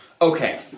Okay